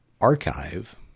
archive